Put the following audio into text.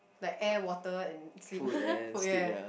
like air water and sleep food ya